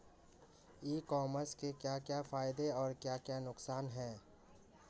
ई commerce के क्या क्या फायदे और क्या क्या नुकसान है?